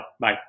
Bye